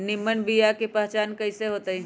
निमन बीया के पहचान कईसे होतई?